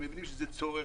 הם יודעים שזה צורך,